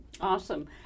Awesome